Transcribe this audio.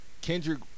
Kendrick